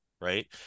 right